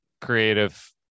creative